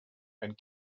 and